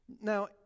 Now